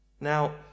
Now